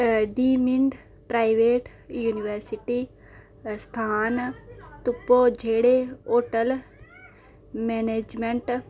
डीमिंट private university स्थान तुप्पो जेह्ड़े होटल मैनेजमैंट